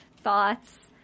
thoughts